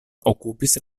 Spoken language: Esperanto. okupis